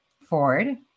Ford